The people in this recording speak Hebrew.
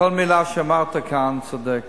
כל מלה שאמרת כאן, צודק,